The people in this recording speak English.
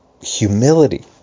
humility